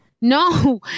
No